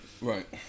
Right